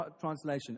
translation